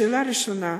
שאלה ראשונה: